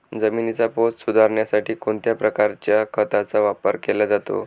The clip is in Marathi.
जमिनीचा पोत सुधारण्यासाठी कोणत्या प्रकारच्या खताचा वापर केला जातो?